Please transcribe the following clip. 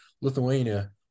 Lithuania